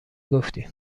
گفتی